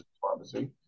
pharmacy